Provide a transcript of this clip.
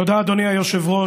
תודה, אדוני היושב-ראש.